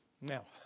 Now